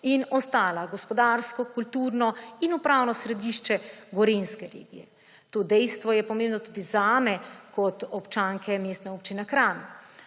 in ostala gospodarsko, kulturo in upravno sodišče gorenjske regije. To dejstvo je pomembno tudi zame kot občanke Mestne občine Kranj.